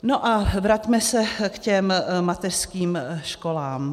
No a vraťme se k těm mateřským školám.